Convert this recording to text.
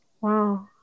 Wow